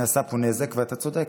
נעשה פה נזק, ואתה צודק.